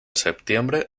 septiembre